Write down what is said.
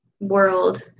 world